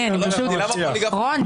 שקארין מסתדרת.